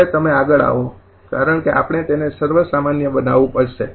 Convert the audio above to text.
હવે તમે આગળ આવો કારણ કે આપણે તેને સર્વસામાન્ય બનાવવું પડશે